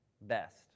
best